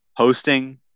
Hosting